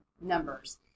numbers